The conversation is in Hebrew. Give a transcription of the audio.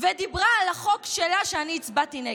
ודיברה על החוק שלה שאני הצבעתי נגד.